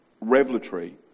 revelatory